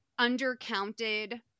undercounted